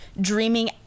dreaming